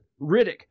Riddick